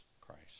Christ